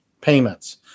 payments